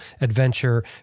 adventure